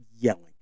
yelling